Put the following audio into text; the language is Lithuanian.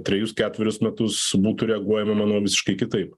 trejus ketverius metus būtų reaguojama manau visiškai kitaip